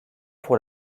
pour